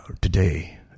today